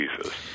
Jesus